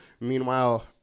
Meanwhile